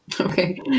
Okay